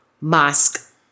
mask